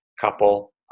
couple